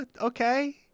okay